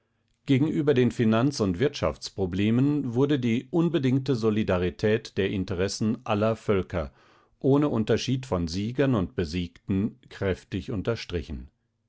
gegenüber den finanz und wirtschaftsproblemen wurde die unbedingte solidarität der interessen aller völker ohne unterschied von siegern und besiegten kräftig unterstrichen